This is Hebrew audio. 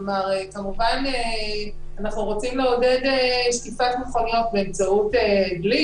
אנחנו רוצים לעודד שטיפת מכוניות באמצעות דלי